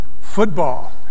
football